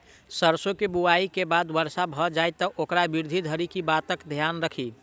सैरसो केँ बुआई केँ बाद वर्षा भऽ जाय तऽ ओकर वृद्धि धरि की बातक ध्यान राखि?